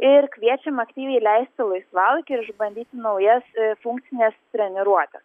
ir kviesim aktyviai leisti laisvalaikį išbandyt naujas funkcines treniruotes